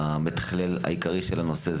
המתכלל העיקרי של הנושא,